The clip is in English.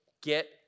get